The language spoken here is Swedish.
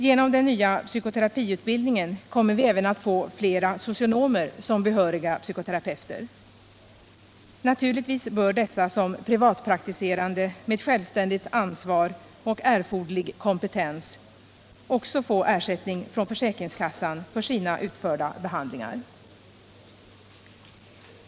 Genom den nya psykoterapiutbildningen kommer vi även att få flera socionomer som behöriga psykoterapeuter. Naturligtvis bör dessa som privatpraktiserande med självständigt ansvar och erforderlig kompetens också få ersättning från försäkringskassan för utförd behandling.